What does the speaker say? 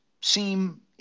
seem